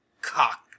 cock